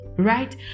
right